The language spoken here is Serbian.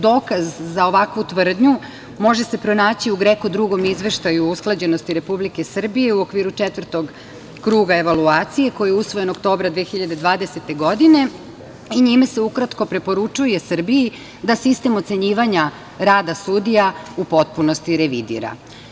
Dokaz za ovakvu tvrdnju može se pronaći u GREKO drugom izveštaju o usklađenosti Republike Srbije u okviru Četvrtog kruga evaluacije koji je usvoje oktobra 2020. godine i njime se ukratko preporučuje Srbiji da sistem ocenjivanja rada sudija u potpunosti revidira.